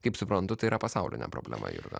kaip suprantu tai yra pasaulinė problema jurga